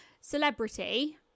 Celebrity